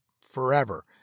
forever